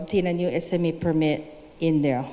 obtain a new a semi permit in the